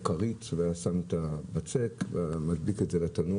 הייתה לו כרית שהוא היה שם את הבצק ומדביק אותו לתנור.